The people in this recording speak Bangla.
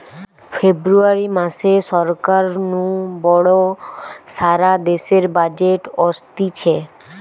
ফেব্রুয়ারী মাসে সরকার নু বড় সারা দেশের বাজেট অসতিছে